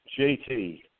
JT